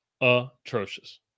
Atrocious